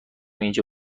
اینجا